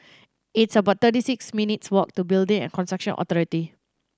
it's about thirty six minutes' walk to Building and Construction Authority